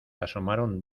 asomaron